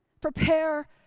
Prepare